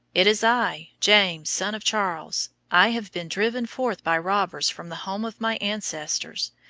it is i, james, son of charles. i have been driven forth by robbers from the home of my ancestors.